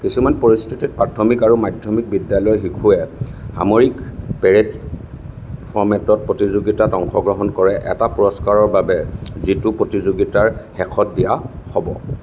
কিছুমান পৰিস্থিতিত প্ৰাথমিক আৰু মাধ্যমিক বিদ্যালয়ৰ শিশুৱে সামৰিক পেৰেড ফৰ্মেটত প্ৰতিযোগিতাত অংশগ্ৰহণ কৰে এটা পুৰস্কাৰৰ বাবে যিটো প্ৰতিযোগিতাৰ শেষত দিয়া হ'ব